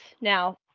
now